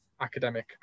academic